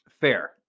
Fair